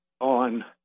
on